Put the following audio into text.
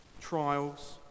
trials